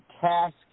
task